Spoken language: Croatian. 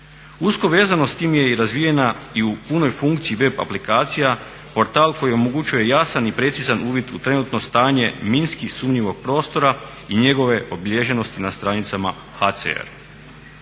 Usko vezano s tim je i razvijena i u punoj funkciji web aplikacija, portal koji omogućuje jasan i precizan uvid u trenutno stanje minski sumnjivog prostora i njegove obilježenosti na stranicama HCR.